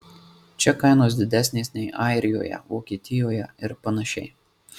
čia kainos didesnės nei airijoje vokietijoje ir panašiai